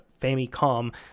Famicom